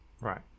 right